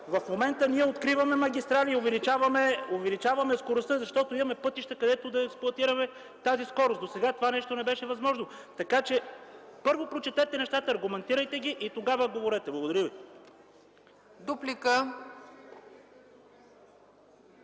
В момента ние откриваме магистрали и увеличаваме скоростта, защото имаме пътища, където да експлоатираме тази скорост – досега това нещо не беше възможно, така че първо прочетете нещата, аргументирайте се и тогава говорете. Благодаря Ви.